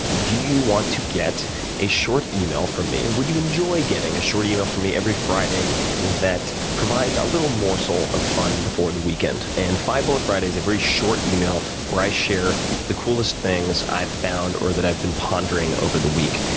do you want to get a short email from me? and would you enjoy getting a short email from me every friday that provides a little more sort of fun before the weekend? and five bullet friday is a very short email where i share the coolest things i've found, or that i've been pondering over the week.